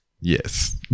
yes